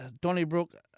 Donnybrook